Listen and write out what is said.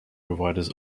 providers